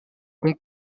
hong